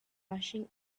rushing